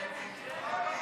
ולכן,